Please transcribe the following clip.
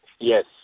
Yes